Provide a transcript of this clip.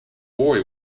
boy